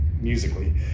musically